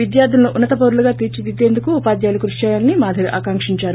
విధ్యార్దులను ఉన్నత్ పౌరులుగా తీర్చి దిద్దేందుకు ఉపాద్యాయులు కృషి చేయాలని మాధవి ఆకాంకించారు